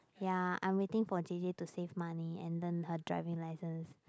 ya I'm waiting for J_J to save money and learn her driving license